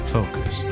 Focus